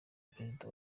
perezida